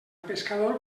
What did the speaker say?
pescador